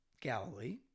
Galilee